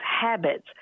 habits